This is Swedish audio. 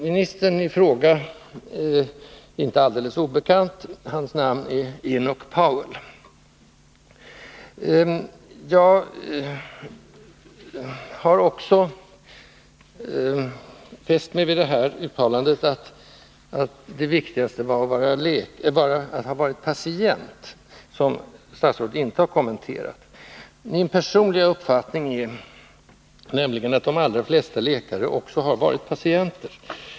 Ministern i fråga är inte helt obekant — hans namn är Enoch Powell. Jag har också fäst mig vid uttalandet att ”det viktigaste” skulle vara:att ha varit patient. Statsrådet har inte kommenterat det i sitt svar. Min personliga uppfattning är att de allra flesta läkare också har varit patienter.